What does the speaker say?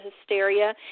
hysteria